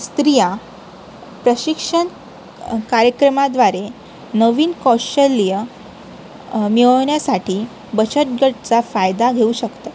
स्त्रिया प्रशिक्षण कार्यक्रमाद्वारे नवीन कौशल्य मिळवण्यासाठी बचतगटाचा फायदा घेऊ शकतात